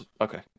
Okay